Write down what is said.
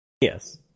Yes